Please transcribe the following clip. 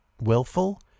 willful